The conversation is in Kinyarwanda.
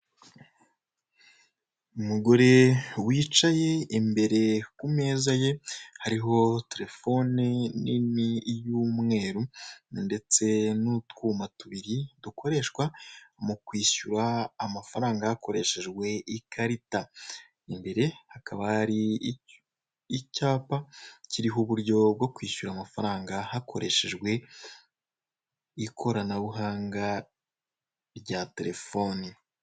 Umugore wicaye, imbere ku meza ye hariho telefone nini y'umweru, ndetse n'utwuma tubiri dukoreshwa mu kwishyura amafaranga hakoreshejwe ikarita, imbere hakaba hari icyapa kiriho uburyo bwo kwishyura amafaranga hakoreshejwe ikoranabuhanga rya telefoni.